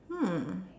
hmm